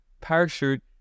parachute